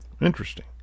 interesting